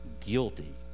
guilty